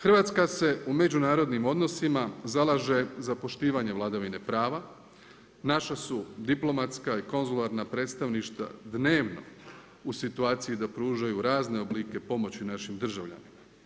Hrvatska se u međunarodnim odnosima zalaže za poštivanje vladavine prava, naša su diplomatska i konzularna predstavništva dnevno u situaciji da pružaju razne oblike pomoći našim državljanima.